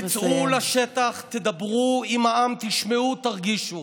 תצאו לשטח, תדברו עם העם, תשמעו, תרגישו.